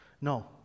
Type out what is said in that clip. No